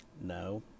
no